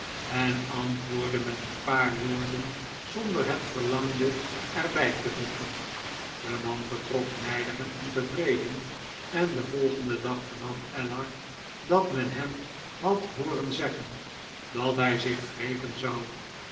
en antwoordde met een paar woorden zonder het verlangde er bij te voegen de man vertrok nijdig en ontevreden en den volgenden dag vernam ellar dat men hem had hooren zeggen dat hij zich wreken zou